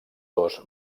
dos